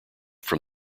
from